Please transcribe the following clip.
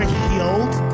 healed